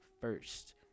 first